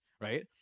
right